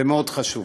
זה מאוד חשוב.